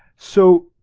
so,